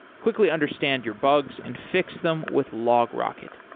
quickly understand your bugs and fix them with logrocket.